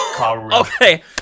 okay